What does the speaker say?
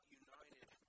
united